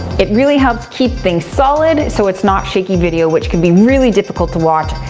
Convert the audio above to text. it really helps keep things solid, so it's not shaky video which can be really difficult to watch.